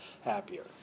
happier